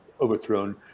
overthrown